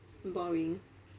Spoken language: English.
boring